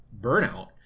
burnout